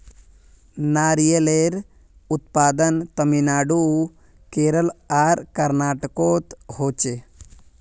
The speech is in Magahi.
नारियलेर उत्पादन तामिलनाडू केरल आर कर्नाटकोत होछे